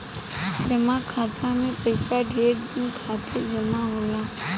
जमा खाता मे पइसा ढेर दिन खातिर जमा होला